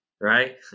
right